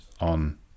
on